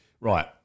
Right